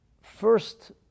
first